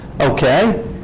Okay